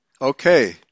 Okay